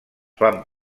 van